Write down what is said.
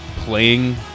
playing